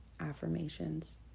affirmations